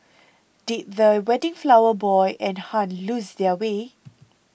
did the wedding flower boy and Hun lose their way